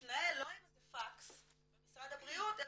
שיתנהל לא עם איזה פקס במשרד הבריאות אלא